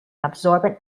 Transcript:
absorbent